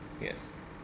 yes